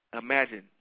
imagine